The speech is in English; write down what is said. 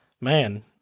Man